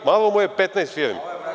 Malo mu je 15 firmi.